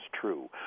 true